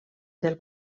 del